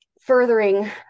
furthering